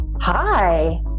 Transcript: hi